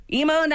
emo